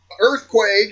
earthquake